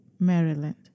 Maryland